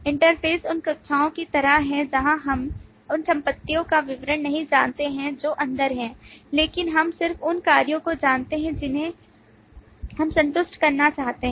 interface उन कक्षाओं की तरह हैं जहां हम उन संपत्तियों का विवरण नहीं जानते हैं जो अंदर हैं लेकिन हम सिर्फ उन कार्यों को जानते हैं जिन्हें हम संतुष्ट करना चाहते हैं